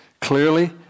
clearly